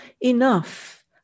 enough